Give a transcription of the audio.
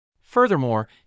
Furthermore